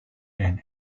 and